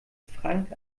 frank